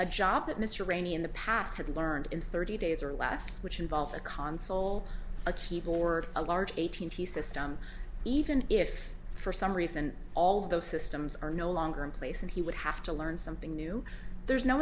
a job that mr rayney in the past had learned in thirty days or last which involved a console a keyboard a large eight hundred system even if for some reason all those systems are no longer in place and he would have to learn something new there's no